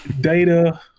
data